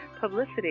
publicity